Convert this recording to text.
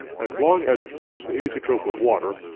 as long as it forms an azeotrope with water,